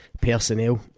personnel